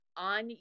on